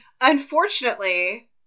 Unfortunately